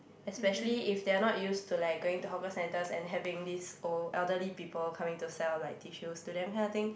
especially if they are not used to like going to hawker center and having these old elderly people coming to sell like tissue to them kind of thing